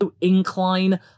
incline